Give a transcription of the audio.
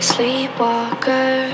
Sleepwalker